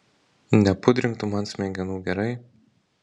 nepudrink tu man smegenų gerai